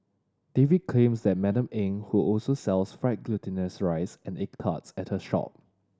David claims that Madam Eng who also sells fried glutinous rice and egg tarts at her shop